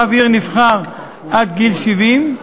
רב עיר נבחר עד גיל 70,